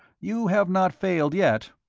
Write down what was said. you have not failed yet.